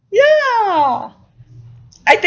ya lah I think